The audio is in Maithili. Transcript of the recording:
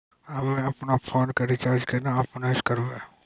हम्मे आपनौ फोन के रीचार्ज केना आपनौ से करवै?